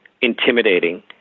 intimidating